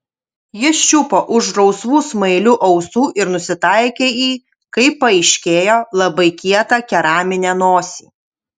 jis čiupo už rausvų smailių ausų ir nusitaikė į kaip paaiškėjo labai kietą keraminę nosį